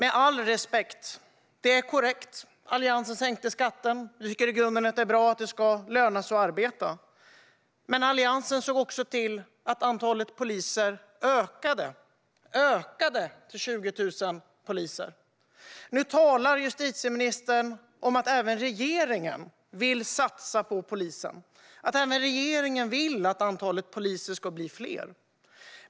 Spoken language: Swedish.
Det är korrekt - Alliansen sänkte skatten, och vi tycker i grunden att det ska löna sig att arbeta. Men Alliansen såg också till att antalet poliser ökade till 20 000 stycken. Nu talar justitieministern om att även regeringen vill satsa på polisen och att även regeringen vill att antalet poliser ska bli större.